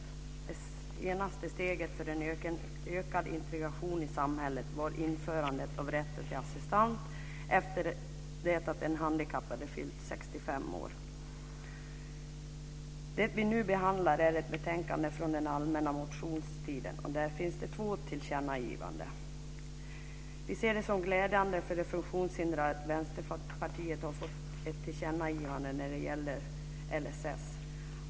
Det senaste steget för en ökad integration i samhället var införandet av rätten till assistans efter att den handikappade fyllt 65 år. Betänkandet behandlar motioner från den allmänna motionstiden, och i betänkandet finns två tillkännagivanden. Vi ser det som glädjande för de funktionshindrade att Vänsterpartiet har fått till stånd ett tillkännagivande när det gäller LSS.